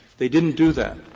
they didn't do that.